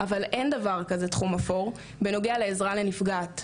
אבל אין דבר כזה "תחום אפור" בנוגע לעזרה לנפגעת.